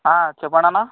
చెప్పండన్న